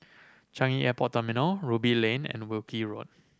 Changi Airport Terminal Ruby Lane and Wilkie Road